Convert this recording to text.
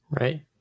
right